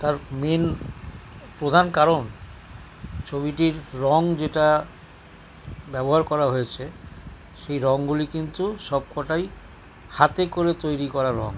তার মেইন প্রধান কারণ ছবিটির রঙ যেটা ব্যবহার করা হয়েছে সেই রঙগুলি কিন্তু সবকটাই হাতে করে তৈরি করা রঙ